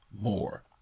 more